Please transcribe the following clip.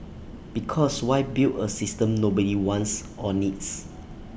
because why build A system nobody wants or needs